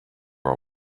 are